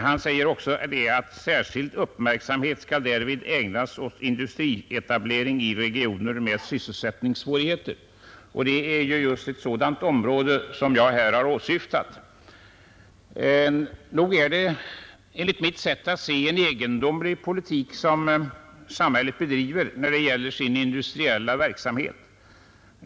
Statsrådet säger också i svaret: ”Särskild uppmärksamhet skall därvid ägnas åt industrietablering i regioner med sysselsättningssvårigheter.” Det är just ett sådant område som jag har åsyftat. Enligt mitt sätt att se är det en egendomlig politik som samhället bedriver när det gäller den industriella verksamheten.